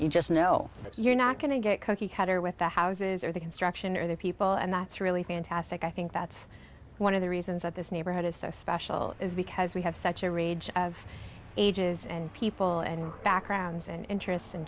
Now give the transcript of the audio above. you just know you're not going to get cookie cutter with the houses or the construction or the people and that's really fantastic i think that's one of the reasons that this neighborhood is so special is because we have such a ridge of ages and people and backgrounds and interests and